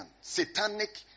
Satanic